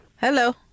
Hello